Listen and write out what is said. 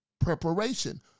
preparation